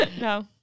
No